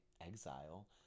exile